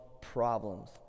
problems